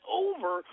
over